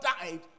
died